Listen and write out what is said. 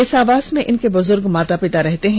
इस आवास में इनके बुजुर्ग माता पिता रहते हैं